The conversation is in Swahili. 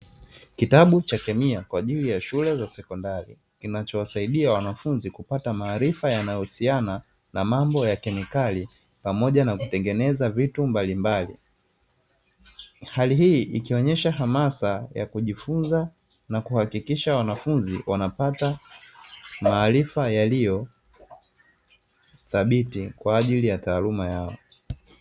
Kitabu cha kemia kwa ajili ya shule za sekondari kinachowasaidia wanafunzi kupata maarifa yanayohusiana na mambo ya kemikali, pamoja na kutengeneza vitu mbalimbali. Hali hii ikionyesha hamasa ya kujifunza na kuhakisha wanafunzi wanapata maarifa yaliyo thabiti kwa ajili ya taaluma yao.